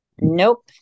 Nope